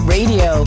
Radio